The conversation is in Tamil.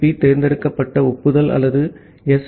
பி தேர்ந்தெடுக்கப்பட்ட ஒப்புதல் அல்லது எஸ்